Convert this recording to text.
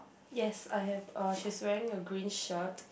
yes I have uh she's wearing a green shirt